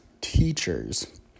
teachers